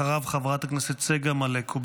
אחריו, חברת הכנסת צגה מלקו.